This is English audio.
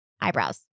eyebrows